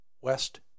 west